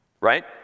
right